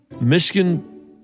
Michigan